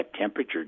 temperature